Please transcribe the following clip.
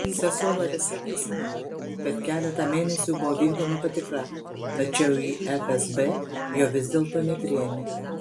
sesuo larisa prisimena kad keletą mėnesių buvo vykdoma patikra tačiau į fsb jo vis dėlto nepriėmė